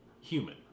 human